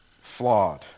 flawed